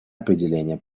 определение